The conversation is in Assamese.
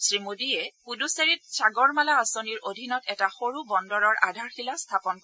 শ্ৰীমোডীয়ে পূডুচেৰীত সাগৰমালা আঁচনিৰ অধীনত এটা সৰু বন্দৰৰ আধাৰশিলা স্থাপন কৰিব